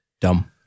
Dumb